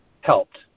helped